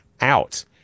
out